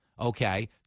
Okay